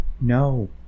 no